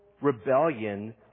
rebellion